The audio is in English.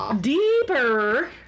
Deeper